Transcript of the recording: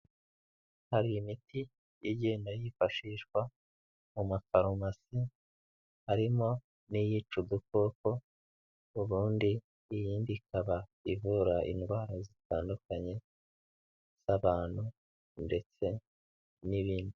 Hari imiti igenda yifashishwa mu mafarumasi, harimo n'iyica udukoko ubundi iyindi ikaba ivura indwara zitandukanye z'abantu ndetse n'ibindi.